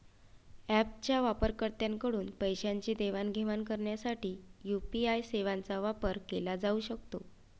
ऍपच्या वापरकर्त्यांकडून पैशांची देवाणघेवाण करण्यासाठी यू.पी.आय सेवांचा वापर केला जाऊ शकतो